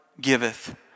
giveth